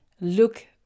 look